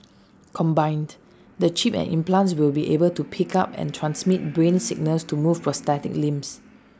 combined the chip and implants will be able to pick up and transmit brain signals to move prosthetic limbs